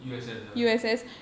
U_S_S ah